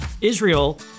Israel